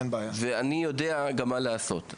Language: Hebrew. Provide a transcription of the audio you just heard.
ואני יודע גם מה לעשות.